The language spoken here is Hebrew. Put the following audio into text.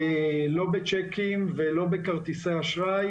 לא בצ'קים ולא בכרטיסי אשראי